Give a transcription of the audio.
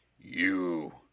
You